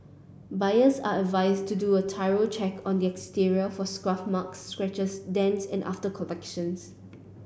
buyers are advised to do a thorough check on the exterior for scuff marks scratches dents and after collections